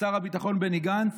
לשר הביטחון בני גנץ,